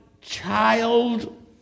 child